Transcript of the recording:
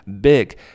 big